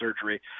surgery